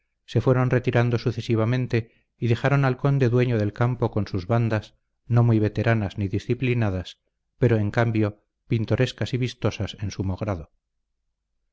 se fueron retirando sucesivamente y dejaron al conde dueño del campo con sus bandas no muy veteranas ni disciplinadas pero en cambio pintorescas y vistosas en sumo grado